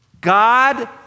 God